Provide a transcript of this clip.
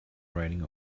riding